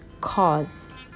cause